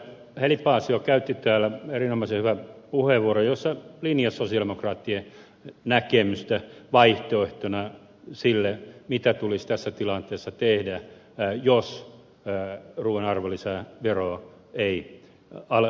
heli paasio käytti täällä erinomaisen hyvän puheenvuoron jossa hän linjasi sosialidemokraattien näkemystä vaihtoehtona sille mitä tulisi tässä tilanteessa tehdä jos ruuan arvonlisäveroa ei alennettaisi